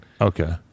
Okay